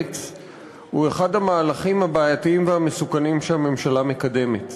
הוא אחד המהלכים המסוכנים והבעייתיים שהממשלה מקדמת.